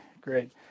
Great